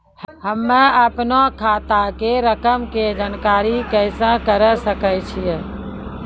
हम्मे अपनो खाता के रकम के जानकारी कैसे करे सकय छियै?